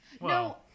No